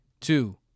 two